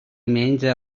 menja